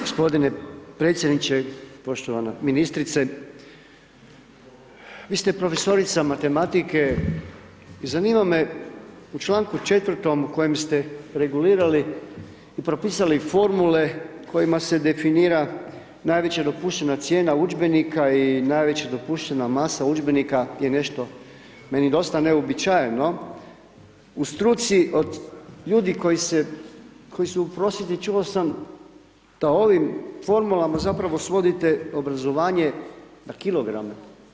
G. predsjedniče, poštovana ministrice, vi ste profesorica matematike i zanima me u čl. 4. u kojem ste regulirali i propisali formule kojima se definira najveća dopuštena cijena udžbenika i najveća dopuštena masa udžbenika je nešto meni dosta neobičajno, u struci od ljudi koji su u prosvjedi čuo sam da ovim formulama zapravo svodite obrazovanje na kilograme.